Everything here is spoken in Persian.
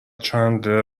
چندلر